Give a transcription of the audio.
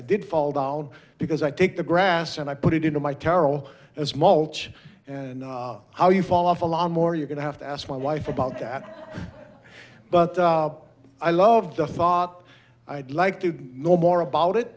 i did fall down because i take the grass and i put it into my terrill as mulch and how you fall off a lot more you're going to have to ask my wife about that but i love the thought i'd like to know more about it